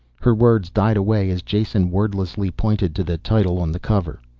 her words died away as jason wordlessly pointed to the title on the cover.